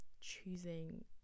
choosing